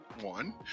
One